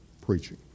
preaching